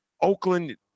Oakland